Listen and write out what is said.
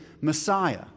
Messiah